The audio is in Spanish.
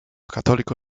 católico